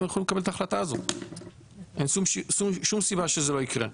יוכלו לקבל את ההחלטה הזאת אין שום סיבה שזה לא יקרה.